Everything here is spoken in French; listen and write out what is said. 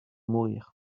mourir